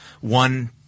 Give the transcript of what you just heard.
one